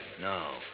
No